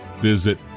visit